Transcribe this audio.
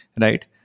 Right